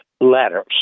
letters